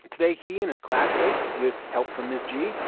today he and his classmates, with help from ms. g,